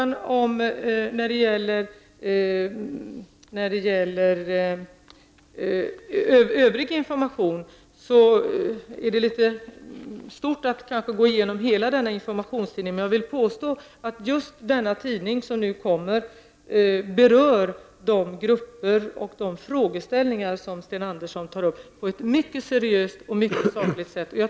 När det gäller frågan om övrig information blir det kanske alltför omfattande att gå igenom hela denna informationstidning. Jag påstår dock att just denna tidning som nu kommer berör de grupper och de frågor som Sten Andersson tar upp på ett mycket seriöst och sakligt sätt.